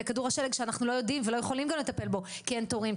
לכדור השלג שאנחנו לא יודעים ולא יכולים גם לטפל בו כי אין תורים,